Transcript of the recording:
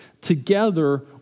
together